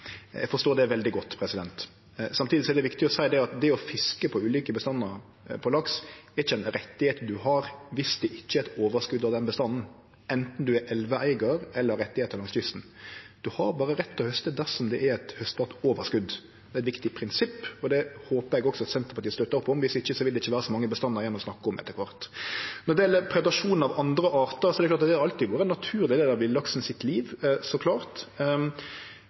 Eg forstår det veldig godt. Samtidig er det viktig å seie at det å fiske på ulike bestandar av laks ikkje er ein rett ein har viss det ikkje er eit overskot av den bestanden, anten ein er elveeigar eller har rettar langs kysten. Ein har berre rett til å hauste dersom det er eit haustbart overskot. Det er eit viktig prinsipp, og det håpar eg at også Senterpartiet støttar opp om. Viss ikkje vil det ikkje vere så mange bestandar igjen å snakke om etter kvart. Når det gjeld predasjon av andre artar, er det klart at det alltid har vore ein naturleg del av villaksen sitt liv – så klart.